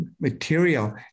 material